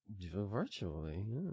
virtually